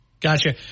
Gotcha